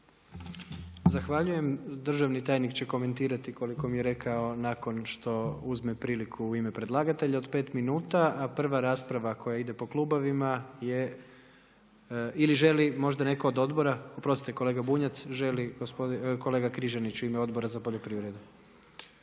Zahvaljujem. Državni tajnik će komentirati koliko mi je rekao nakon što uzme priliku u ime predlagatelja od 5 minuta a prva rasprava koja ide po klubovima je, ili želi možda netko od odbora? Oprostite kolega Bunjac, želi kolega Križanić u ime Odbora za poljoprivredu.